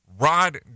Rod